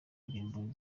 indirimbo